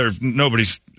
Nobody's